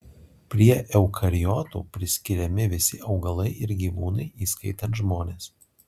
prie eukariotų priskiriami visi augalai ir gyvūnai įskaitant žmones